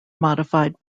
modified